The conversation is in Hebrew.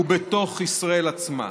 ובתוך ישראל עצמה.